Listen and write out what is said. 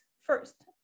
first